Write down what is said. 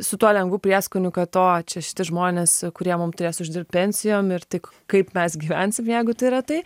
su tuo lengvu prieskonių kad o čia šitie žmonės kurie mum turės uždirbti pensijon ir tik kaip mes gyvensim jeigu tai yra tai